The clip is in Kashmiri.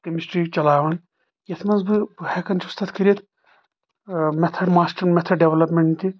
کریمسٹری چلاوان یتھ منٛز بہٕ بہٕ ہٮ۪کان چھُس تتھ کٔرتھ میتھڈ ماسٹر میتھڈ ڈیولپمینٹ تہِ